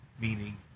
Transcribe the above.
Meaning